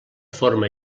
forma